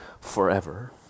forever